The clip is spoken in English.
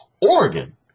Oregon